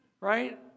right